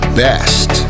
best